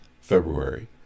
February